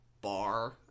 bar